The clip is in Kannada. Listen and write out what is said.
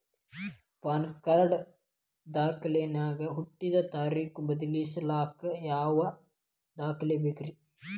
ಪ್ಯಾನ್ ಕಾರ್ಡ್ ದಾಗಿನ ಹುಟ್ಟಿದ ತಾರೇಖು ಬದಲಿಸಾಕ್ ಯಾವ ದಾಖಲೆ ಬೇಕ್ರಿ?